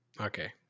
Okay